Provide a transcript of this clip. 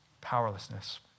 Powerlessness